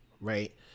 right